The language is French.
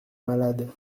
malade